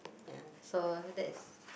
ya so that's